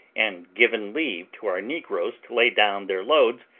and given leave to our negroes to lay down their loads,